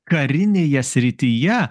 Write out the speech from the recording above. karinėje srityje